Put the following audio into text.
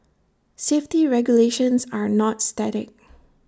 safety regulations are not static